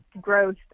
growth